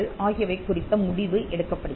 ஆகியவை குறித்த முடிவு எடுக்கப்படுகிறது